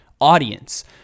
audience